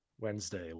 Wednesday